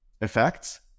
effects